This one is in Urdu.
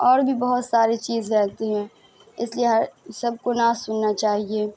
اور بھی بہت ساری چیز رہتی ہیں اس لیے ہر سب کو نہ سننا چاہیے